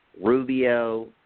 Rubio